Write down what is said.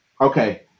okay